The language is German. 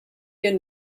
wir